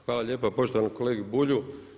Hvala lijepa poštovanom kolegi Bulju.